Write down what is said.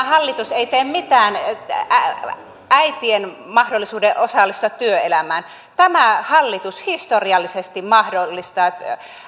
hallitus ei tee mitään äitien mahdollisuudelle osallistua työelämään tämä hallitus historiallisesti mahdollistaa